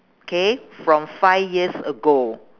K from five years ago